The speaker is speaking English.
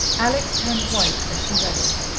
alex turned white as she read it.